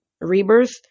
rebirth